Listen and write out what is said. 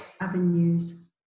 avenues